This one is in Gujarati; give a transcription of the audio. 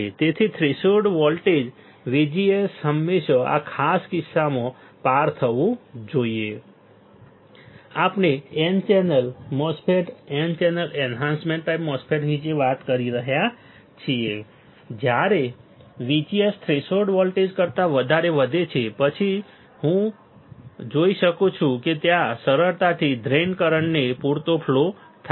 તેથી થ્રેશોલ્ડ વોલ્ટેજ VGS હંમેશા આ ખાસ કિસ્સામાં પાર થવું જોઈએ આપણે n channel MOSFETs n channel enhancement MOSFETs વિશે વાત કરી રહ્યા છીએ જ્યારે VGS થ્રેશોલ્ડ વોલ્ટેજ કરતા વધારે વધે છે પછી જ હું જોઈ શકું છું કે ત્યાં સરળતાથી ડ્રેઇન કરંટનો પૂરતો ફ્લો થાય છે